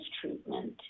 treatment